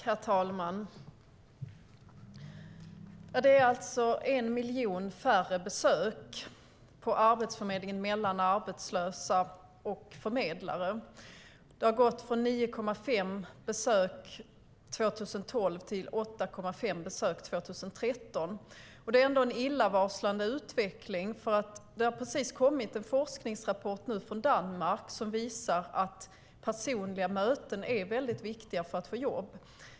Herr talman! Det är alltså en miljon färre möten på Arbetsförmedlingen mellan arbetslösa och förmedlare. Det har gått från 9,5 besök 2012 till 8,5 besök 2013, och det är en illavarslande utveckling. Det har precis kommit en forskningsrapport från Danmark som visar att personliga möten är väldigt viktiga för att få jobb.